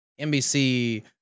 NBC